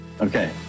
okay